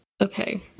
okay